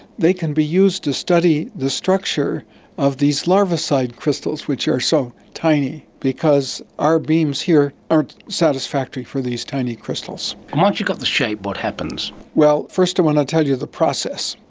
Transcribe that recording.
they can be used to study the structure of these larvicide crystals which are so tiny, because our beams here aren't satisfactory for these tiny crystals. and once you've got the shape, what happens? well, first i want to tell you the process.